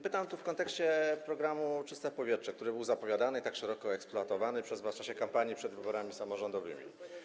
Pytam o to w kontekście programu „Czyste powietrze”, który był zapowiadany i tak szeroko eksploatowany przez was w czasie kampanii przed wyborami samorządowymi.